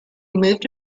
moved